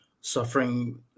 suffering